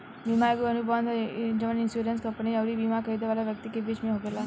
बीमा एगो अनुबंध ह जवन इन्शुरेंस कंपनी अउरी बिमा खरीदे वाला व्यक्ति के बीच में होखेला